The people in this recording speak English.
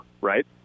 right